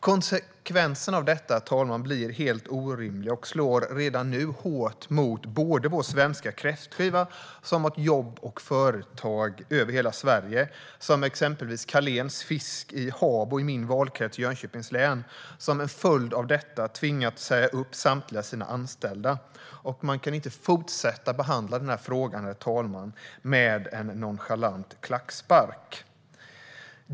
Konsekvenserna av detta blir helt orimliga och slår redan nu hårt både mot vår svenska kräftskiva och mot jobb och företag över hela Sverige, till exempel Carléns fisk i Habo i min valkrets, Jönköpings län, som till följd av detta har tvingats säga upp samtliga sina anställda. Man kan inte fortsätta behandla denna fråga med en nonchalant klackspark.